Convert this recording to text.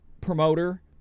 promoter